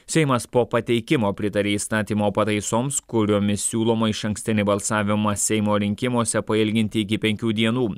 seimas po pateikimo pritarė įstatymo pataisoms kuriomis siūloma išankstinį balsavimą seimo rinkimuose pailginti iki penkių dienų